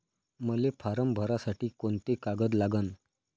मले फारम भरासाठी कोंते कागद लागन?